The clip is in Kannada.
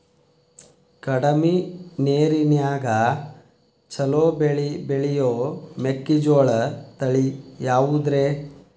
ಕಡಮಿ ನೇರಿನ್ಯಾಗಾ ಛಲೋ ಬೆಳಿ ಬೆಳಿಯೋ ಮೆಕ್ಕಿಜೋಳ ತಳಿ ಯಾವುದ್ರೇ?